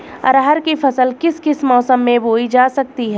अरहर की फसल किस किस मौसम में बोई जा सकती है?